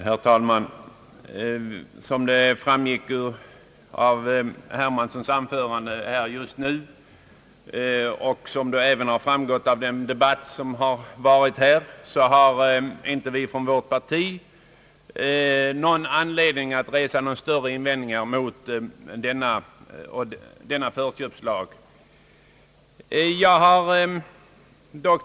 Herr talman! Såsom framgått av herr Hermanssons anförande liksom av debatten i övrigt har vi inom centerpartiet inte någon anledning att resa några större invändningar mot den före Ang. kommunal förköpsrätt till mark slagna lagen om förköpsrätt för kommunerna.